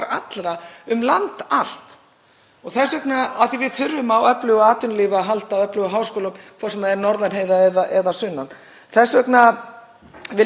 vil ég taka undir það sem segir í stefnu Háskólans á Akureyri, að það verði boðið upp á tæknifræði og aukin áhersla lögð á umhverfis- og náttúruvísindi með sjálfbærni